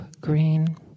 green